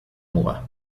muga